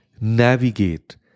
navigate